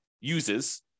uses